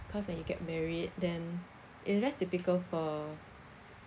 because when you get married then it's very typical for